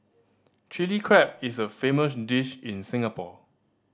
Chilli Crab is a famous dish in Singapore